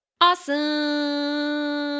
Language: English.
Awesome